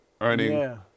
earning